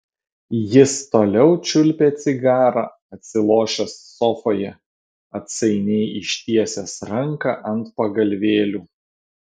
jis toliau čiulpė cigarą atsilošęs sofoje atsainiai ištiesęs ranką ant pagalvėlių